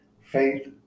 Faith